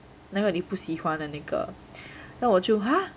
那个你不喜欢的那个 then 我就 !huh!